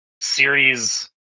series